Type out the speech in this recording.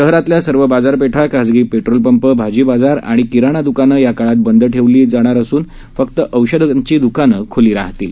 शहरातल्या सर्व बाजारपेठा खाजगी पेट्रोल पंप भाजी मार्केट आणि किराणा दकानं या काळात बंद ठेवली जाणार असून फक्त औषधांची दकानं खुली राहतील